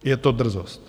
Je to drzost!